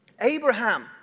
Abraham